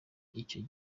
icyo